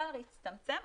הפער הצטמצם.